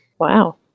Wow